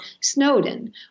Snowden